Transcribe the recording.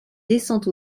descente